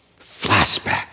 Flashback